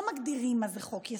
לא מגדירים מה זה חוק-יסוד.